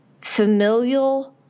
familial